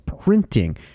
printing